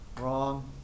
Wrong